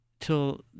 Till